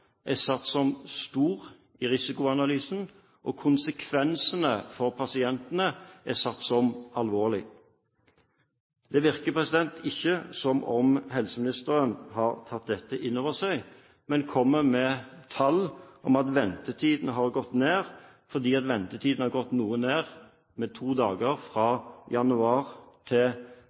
er satt som stor i risikoanalysen, og konsekvensene for pasientene er satt som alvorlige. Det virker ikke som om helseministeren har tatt dette inn over seg, men kommer med tall om at ventetiden har gått ned, fordi ventetiden har gått noe ned – med to dager – fra januar til